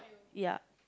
ya